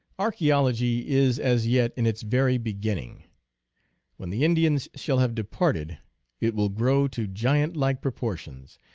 ar chaeology is as yet in its very beginning when the indians shall have departed it will grow to giant-like proportions,